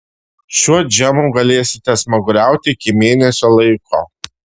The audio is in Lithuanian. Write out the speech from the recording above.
šiuo džemu galėsite smaguriauti iki mėnesio laiko